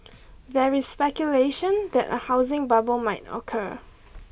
there is speculation that a housing bubble might occur